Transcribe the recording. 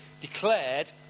declared